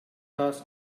ask